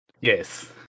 Yes